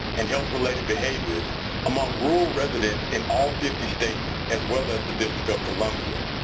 and health related behaviors among rural residents in all fifty states as well as the district of columbia.